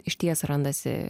išties randasi